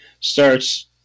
starts